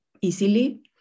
easily